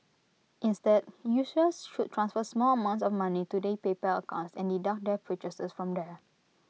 instead users should transfer small amounts of money to their PayPal accounts and deduct their purchases from there